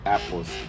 Apples